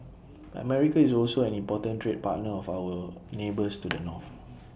America is also an important trade partner of our neighbours to the north